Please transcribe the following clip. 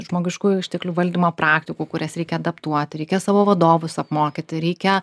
žmogiškųjų išteklių valdymo praktikų kurias reikia adaptuoti reikia savo vadovus apmokyti reikia